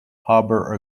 harbour